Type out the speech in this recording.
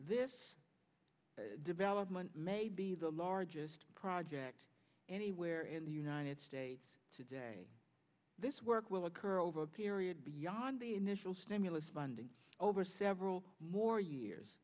this development may be the largest project anywhere in the united states today this work will occur over a period beyond the initial stimulus funding over several more years